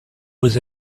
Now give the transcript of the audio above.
was